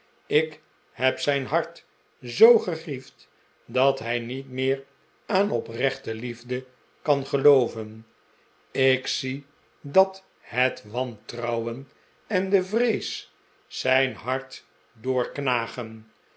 ik heb zijn hart zoo gegriefd dat hij niet meer aan opreehte liefde kan gelooven ik zie dat het wantrouwen en de vrees zijn hart doorknagen